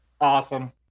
Awesome